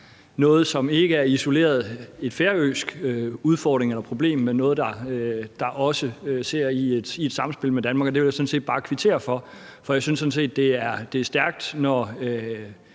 noget, som ikke isoleret er et færøsk problem, men noget, der også er i et samspil med Danmark. Og det vil jeg sådan set bare kvittere for. Jeg synes sådan set, at det er stærkt, når